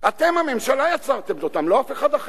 אתם, הממשלה, יצרתם אותם, לא אף אחד אחר.